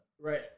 Right